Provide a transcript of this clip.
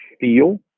feel